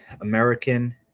American